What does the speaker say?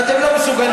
ואתם לא מסוגלים.